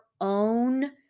own